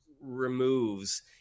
removes